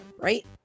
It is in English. right